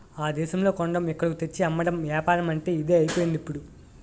ఆ దేశంలో కొనడం ఇక్కడకు తెచ్చి అమ్మడం ఏపారమంటే ఇదే అయిపోయిందిప్పుడు